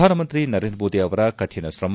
ಪ್ರಧಾನಮಂತ್ರಿ ನರೇಂದ್ರ ಮೋದಿ ಅವರ ಕಠಿಣ ತ್ರಮ